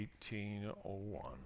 1801